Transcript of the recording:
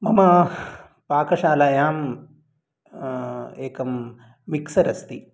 मम पाकशालायाम् एकं मिक्सर् अस्ति